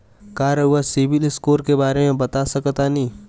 का रउआ CIBIL score के बारे में बता सकतानी?